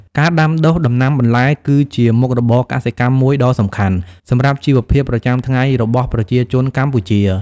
ការដាំដុះដំណាំបន្លែ គឺជាមុខរបរកសិកម្មមួយដ៏សំខាន់សម្រាប់ជីវភាពប្រចាំថ្ងៃរបស់ប្រជាជនកម្ពុជា។